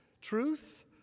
truth